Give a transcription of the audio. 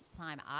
time